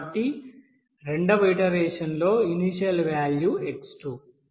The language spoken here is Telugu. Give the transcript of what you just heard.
కాబట్టి రెండవ ఇటరేషన్ లో ఇనీషియల్ వ్యాల్యూ x2